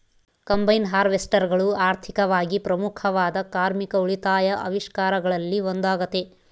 combine ಹಾರ್ವೆಸ್ಟರ್ಗಳು ಆರ್ಥಿಕವಾಗಿ ಪ್ರಮುಖವಾದ ಕಾರ್ಮಿಕ ಉಳಿತಾಯ ಆವಿಷ್ಕಾರಗಳಲ್ಲಿ ಒಂದಾಗತೆ